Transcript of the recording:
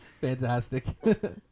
Fantastic